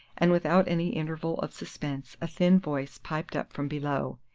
and without any interval of suspense a thin voice piped up from below,